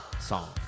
song